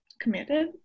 committed